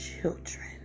children